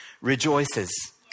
rejoices